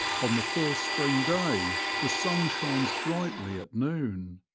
on the first spring day the sun shines brightly at noon.